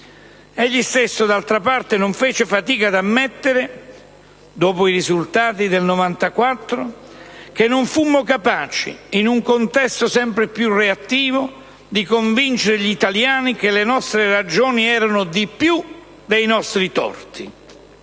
egli stesso non fece d'altra parte fatica ad ammettere, dopo i risultati del 1994 «Non fummo capaci, in un contesto sempre più reattivo, di convincere gli italiani che le nostre ragioni erano di più dei nostri torti».